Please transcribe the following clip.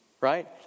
Right